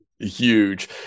huge